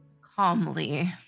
calmly